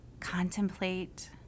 contemplate